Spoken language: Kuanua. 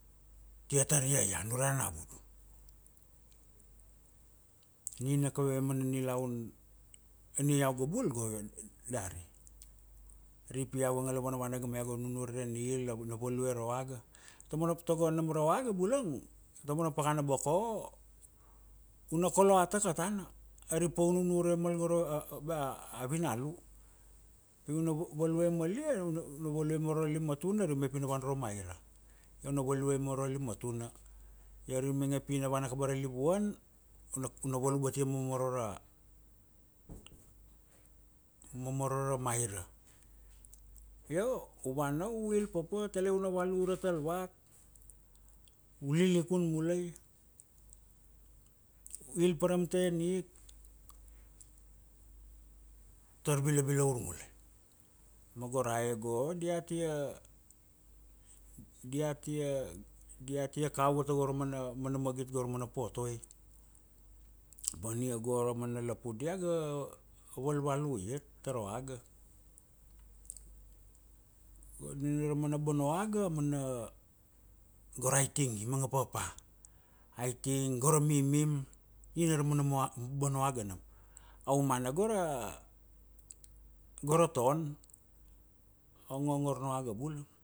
tia tar iaian ure ana vudu. Nina kaveve mana nilaun ania iau ga bul go dari. Ari pi iau ga ngala vana vana ga ma iau ga nunure ra nil, ina value ra oaga, ta mana, tago nam ra oaga bulang ta mana pakana boko, u na koloat aka tana, ari pa u nunure mal go ra bea vinalu, pi u na value malia u na value maro lima tuna ari u mainge pi una vana uro ra maira, io u na value maro lima tuna. Io ari u mainge pi na vana ka abara livuan, u na valu batia momoro ra, momoro ra maira, io u vana u il papa, tale u na valu ura Talvat, u lilikun mulai, u il pa ra am ta en ik, tar vilavilaur mulai. Ma go rae go dia tia, dia tia, dia tia kau tago ra mana, mana magit go ra mana potoi. Ma ania go ra mana lapun dia ga valvalu iat ta ra oaga. Nina ra mana bona oaga a mana go ra iting i manga papa, a iting, go ra mimim nina ra bona oaga nam, a umana go ra ton, a ongongor na oaga bula